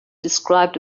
described